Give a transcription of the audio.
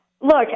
Look